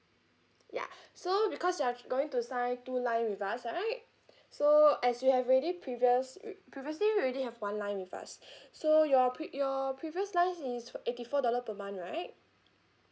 yeah so because you are going to sign two line with us right so as you have already previous previously you already have one line with us so your pre~ your previous line is eighty four dollar per month right